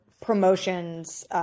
promotions